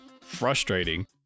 frustrating